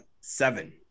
seven